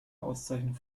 auszeichnung